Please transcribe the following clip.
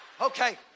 Okay